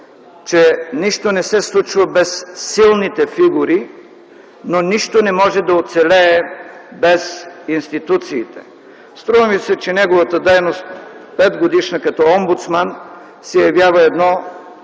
че нищо не се случва без силните фигури, но нищо не може да оцелее без институциите. Струва ми се, че неговата 5-годишна дейност като Омбудсман се явява едно